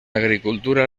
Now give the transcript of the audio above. agricultura